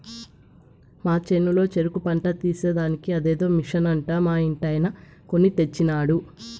మా చేనులో చెరుకు పంట తీసేదానికి అదేదో మిషన్ అంట మా ఇంటాయన కొన్ని తెచ్చినాడు